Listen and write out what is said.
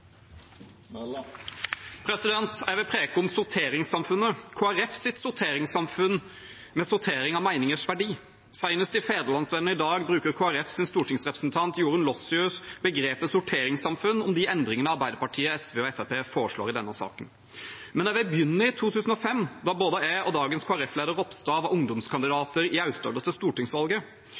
Jeg vil preke om sorteringssamfunnet, Kristelig Folkepartis sorteringssamfunn med sortering av meningers verdi. Senest i Fædrelandsvennen i dag bruker Kristelig Folkepartis stortingsrepresentant, Jorunn Gleditsch Lossius, begrepet «sorteringssamfunn» om de endringene Arbeiderpartiet, SV og Fremskrittspartiet foreslår i denne saken. Jeg vil begynne i 2005, da både jeg og dagens